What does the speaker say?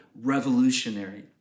revolutionary